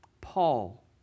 Paul